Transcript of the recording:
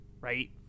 Right